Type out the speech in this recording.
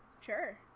Sure